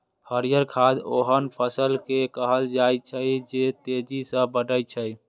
हरियर खाद ओहन फसल कें कहल जाइ छै, जे तेजी सं बढ़ै छै